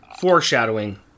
Foreshadowing